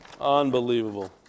Unbelievable